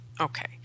Okay